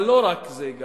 אבל לא רק זה,